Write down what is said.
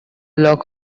locks